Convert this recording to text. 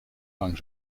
lang